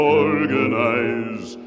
organize